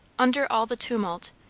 under all the tumult,